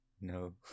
No